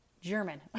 German